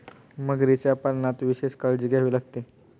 मगरीच्या पालनात विशेष काळजी घ्यावी लागते